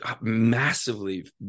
massively